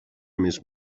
més